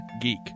Geek